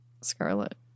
Scarlet